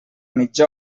mitja